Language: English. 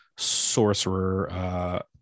sorcerer